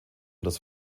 das